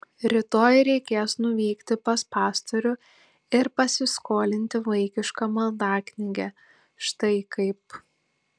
rytoj reikės nuvykti pas pastorių ir pasiskolinti vaikišką maldaknygę štai kaip